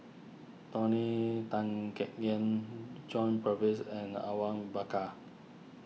Tony Tan Keng Yam John Purvis and Awang Bakar